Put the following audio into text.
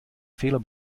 fehler